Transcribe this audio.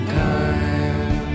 time